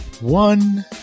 one